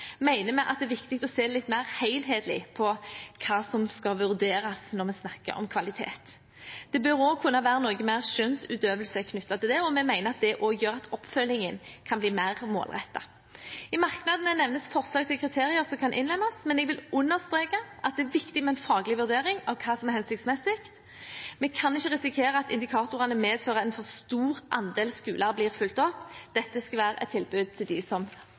mener vi det er viktig å se litt mer helhetlig på hva som skal vurderes når vi snakker om kvalitet. Det bør også kunne være noe mer skjønnsutøvelse knyttet til det, og vi mener at det også kan gjøre oppfølgingen mer målrettet. I merknadene nevnes forslag til kriterier som kan innlemmes, men jeg vil understreke at det er viktig med en faglig vurdering av hva som er hensiktsmessig. Vi kan ikke risikere at indikatorene medfører at en for stor andel skoler blir fulgt opp. Dette skal være et tilbud til dem som sliter mest. Debatten om framtidsskolen har de